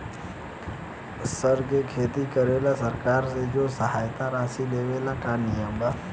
सर के खेती करेला सरकार से जो सहायता राशि लेवे के का नियम बा?